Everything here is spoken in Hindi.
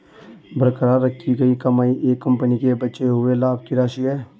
बरकरार रखी गई कमाई एक कंपनी के बचे हुए लाभ की राशि है